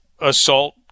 assault